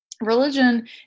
Religion